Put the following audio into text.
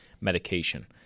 medication